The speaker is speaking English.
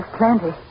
plenty